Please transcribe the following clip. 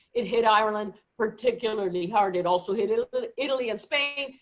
it hit ireland particularly hard. it also hit italy ah italy and spain.